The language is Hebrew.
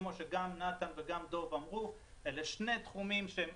כמו שגם נתן וגם דב אמרו: אלה שני תחומים שהם